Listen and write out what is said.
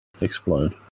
explode